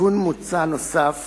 תיקון מוצע נוסף